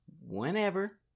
whenever